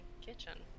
kitchen